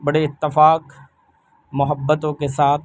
بڑے اتفاق محبتوں کے ساتھ